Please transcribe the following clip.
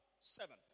Seven